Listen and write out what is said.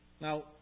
Now